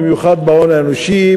במיוחד בהון האנושי,